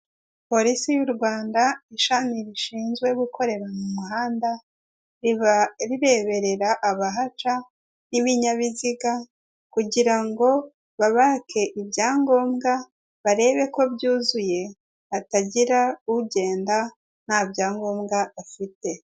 Polisi y'u Rwanda ishami rishinzwe gukorera mu muhanda, riba rireberera abahaca nk'ibinyabiziga kugira ngo babake ibyangombwa barebe ko byuzuye hatagira ugenda nta byangombwa afite.